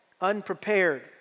Unprepared